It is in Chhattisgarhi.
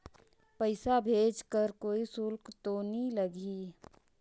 पइसा भेज कर कोई शुल्क तो नी लगही?